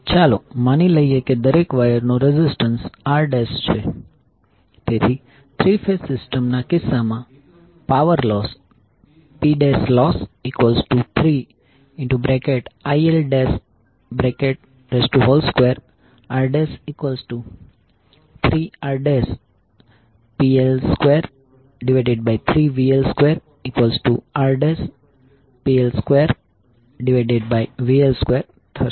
ચાલો માની લઈએ કે દરેક વાયરનો રેઝિસ્ટન્સ R છે તેથી થ્રી ફેઝ સિસ્ટમ ના કિસ્સામાં પાવર લોસ Ploss3IL2R3RPL23VL2RPL2VL2 થશે